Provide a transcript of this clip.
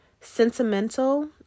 sentimental